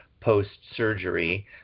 post-surgery